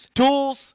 tools